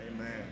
Amen